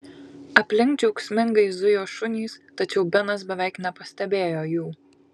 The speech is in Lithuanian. aplink džiaugsmingai zujo šunys tačiau benas beveik nepastebėjo jų